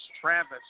Travis